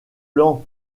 land